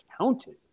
counted